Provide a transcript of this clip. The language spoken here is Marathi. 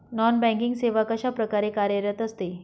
नॉन बँकिंग सेवा कशाप्रकारे कार्यरत असते?